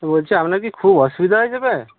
তো বলছি আপনার কি খুব অসুবিধা হয়ে যাবে